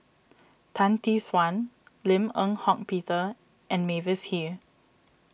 Tan Tee Suan Lim Eng Hock Peter and Mavis Hee